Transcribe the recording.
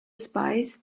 spies